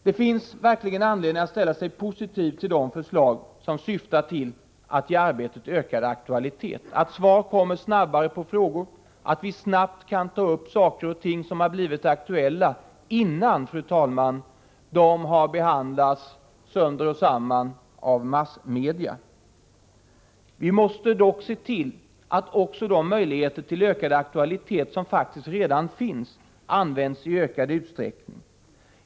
Det finns verkligen anledning att ställa sig positiv till de förslag som syftar till att ge arbetet ökad aktualitet, till att svaren på frågor kommer snabbare och till att vi snabbt kan ta upp saker som blivit aktuella innan de har behandlats sönder och samman av massmedia. Vi måste dock se till att också de möjligheter till ökad aktualitet som faktiskt redan finns används i ökad utsträckning.